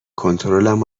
کنترلم